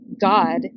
God